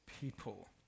people